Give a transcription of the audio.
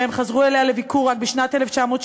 והם חזרו אליה לביקור רק בשנת 1968,